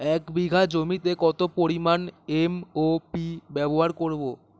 এক বিঘা জমিতে কত পরিমান এম.ও.পি ব্যবহার করব?